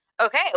Okay